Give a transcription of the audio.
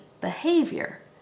behavior